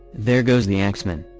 there goes the axman!